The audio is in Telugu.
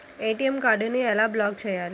ఏ.టీ.ఎం కార్డుని ఎలా బ్లాక్ చేయాలి?